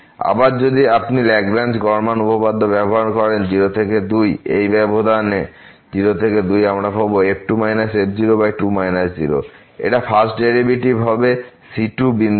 আবার যদি আপনি ল্যাগরাঞ্জ গড় মান উপপাদ্য ব্যবহার করেন 0 থেকে 2 এই ব্যবধানে 0 থেকে 2 আমরা পাব f2 f2 0 এটা ফার্স্ট ডেরিভেটিভ এর সমান c2বিন্দুতে